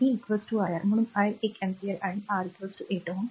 तर v iR म्हणून i एक अँपिअर आणि आर 8 Ω आहे